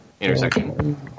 intersection